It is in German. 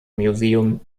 museum